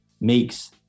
Makes